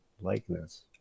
likeness